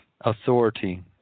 authority